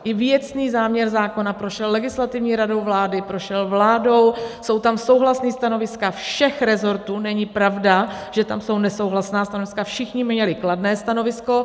I věcný záměr zákona prošel Legislativní radou vlády, prošel vládou, jsou tam souhlasná stanoviska všech resortů, není pravda, že tam jsou nesouhlasná stanoviska, všichni měli kladné stanovisko.